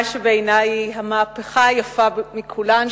אני רוצה לספר על מה שבעיני המהפכה היפה מכולן,